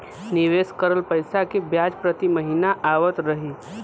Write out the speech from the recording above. निवेश करल पैसा के ब्याज प्रति महीना आवत रही?